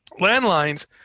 Landlines